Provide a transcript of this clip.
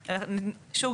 שוב,